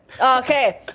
Okay